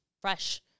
fresh